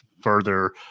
further